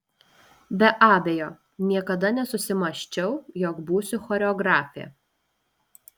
be abejo niekada nesusimąsčiau jog būsiu choreografė